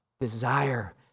desire